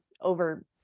over